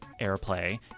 airplay